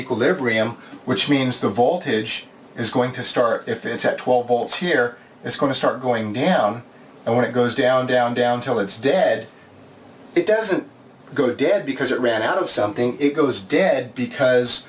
equilibrium which means the voltage is going to start if it's at twelve volts here it's going to start going down and when it goes down down down till it's dead it doesn't go dead because it ran out of something it goes dead because